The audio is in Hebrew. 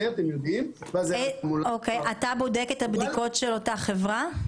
--- אתה בודק את הבדיקות של אותה חברה?